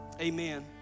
Amen